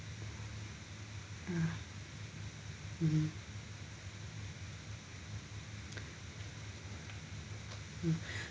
ah mmhmm mm